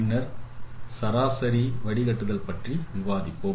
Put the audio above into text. பின்னர் சராசரி வடிகட்டுதல் பற்றி விவாதித்தோம்